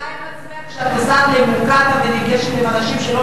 את כנה עם עצמך כשאת נוסעת למוקטעה ונפגשת עם אנשים שלא,